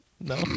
No